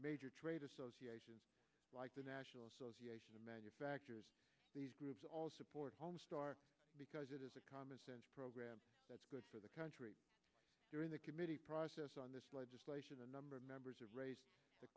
major trade associations like the national association of manufacturers these groups all support homestar because it is a commonsense program that's good for the country during the committee process on this legislation a number of members